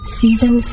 season